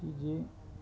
की जे